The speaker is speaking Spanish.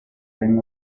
ven